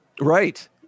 Right